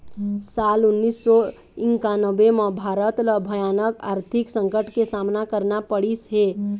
साल उन्नीस सौ इन्कानबें म भारत ल भयानक आरथिक संकट के सामना करना पड़िस हे